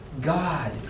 God